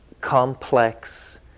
complex